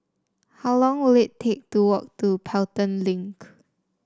how long will it take to walk to Pelton Link